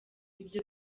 ibyo